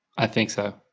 i think so.